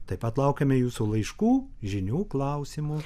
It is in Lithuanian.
taip pat laukiame jūsų laiškų žinių klausimų